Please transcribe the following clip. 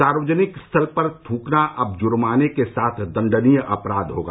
सार्वजनिक स्थल पर थ्रकना अब से जर्माने के साथ दण्डनीय अपराध होगा